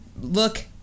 look